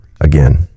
Again